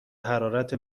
حرارت